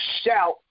shout